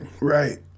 Right